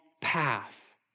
path